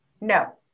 No